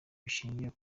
bishingiye